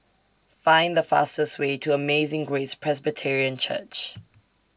Find The fastest Way to Amazing Grace Presbyterian Church